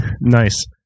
nice